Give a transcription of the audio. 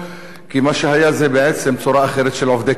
כי מה שהיה זה בעצם צורה אחרת של עובדי קבלן,